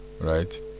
Right